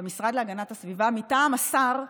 במשרד להגנת הסביבה מטעם השר,